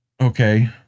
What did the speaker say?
okay